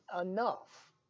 enough